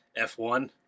F1